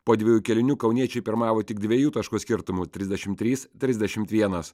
po dviejų kėlinių kauniečiai pirmavo tik dviejų taškų skirtumu trisdešimt trys trisdešimt vienas